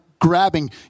grabbing